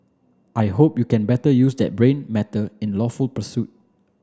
I hope you can better use that brain matter in lawful pursuit